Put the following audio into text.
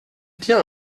tient